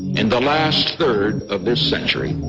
in the last third of this century,